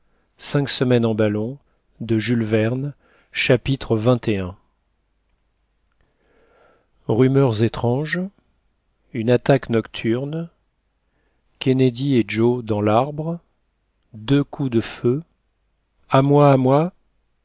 chapitre xxi rumeurs étranges une attaque nocturne kennedy et joe dans l'arbre deux coups de feu a moi à moi